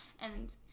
and-